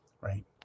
right